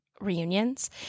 reunions